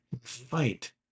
Fight